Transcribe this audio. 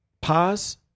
Pause